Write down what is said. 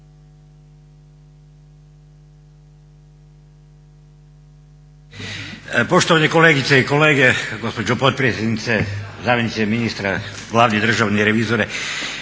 Poštovane kolegice i kolege, gospođo potpredsjednice, zamjenice ministra, glavni državni revizore.